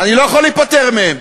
אני לא יכול להיפטר מהם,